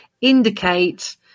indicate